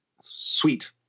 Sweet